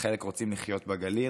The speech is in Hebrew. חלק רוצים לחיות בגליל,